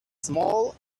small